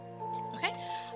Okay